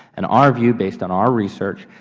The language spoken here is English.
and our view, based on our research,